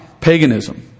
Paganism